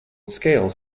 scales